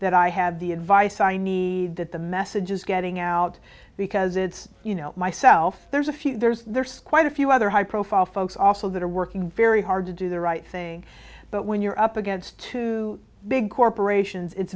that i have the advice i need that the message is getting out because it's you know myself there's a few there's there's quite a few other high profile folks also that are working very hard to do the right thing but when you're up against two big corporations it's